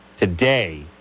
today